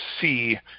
see